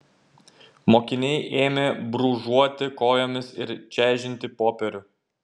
mokiniai ėmė brūžuoti kojomis ir čežinti popierių